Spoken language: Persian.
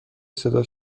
صدا